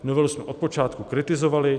Novelu jsme od počátku kritizovali.